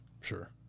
Sure